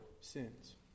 sins